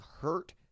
Hurt